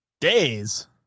Days